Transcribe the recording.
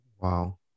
Wow